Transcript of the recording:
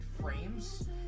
frames